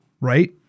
right